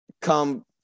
come